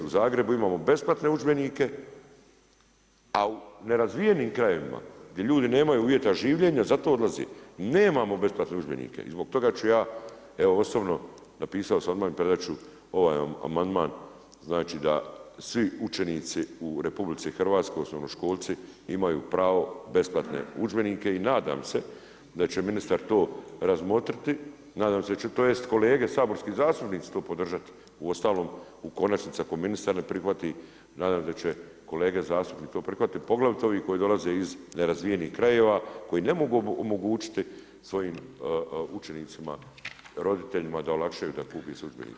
U Zagrebu imamo besplatne udžbenike, a u nerazvijenim krajevima, gdje ljudi nemaju uvjeta življenja, zato odlaze, nemamo besplatne udžbenike i zbog toga ću ja, osobno sam napisao i predat ću ovaj amandman, znači da svi učenici u RH, osnovnoškolci imaju pravo na besplatne udžbenike i nadam se da će ministar to razmotriti, tj. kolege saborski zastupnici to podržati, uostalom u konačnici, ako ministar ne prihvati, nadam se da će kolege zastupnici to prihvatiti, poglavito ovi koji dolaze iz nerazvijenih krajeva, koji ne mogu omogućiti svojim učenicima, roditeljima da olakšaju da kupe se udžbenici.